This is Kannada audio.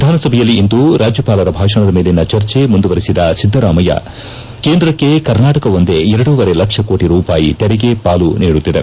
ವಿಧಾನಸಭೆಯಲ್ಲಿಂದು ರಾಜ್ಯಪಾಲರ ಭಾಷಣದ ಮೇಲಿನ ಚರ್ಚೆ ಮುಂದುವರೆಸಿದ ಸಿದ್ದರಾಮಯ್ಯ ಕೇಂದ್ರಕ್ಕೆ ಕರ್ನಾಟಕವೊಂದೇ ಎರಡೂವರೆ ಲಕ್ಷ ಕೋಟ ರೂಪಾಯಿ ತೆರಿಗೆ ಪಾಲು ನೀಡುತ್ತಿದೆ